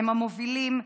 הם המובילים,